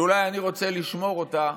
שאולי אני רוצה לשמור אותה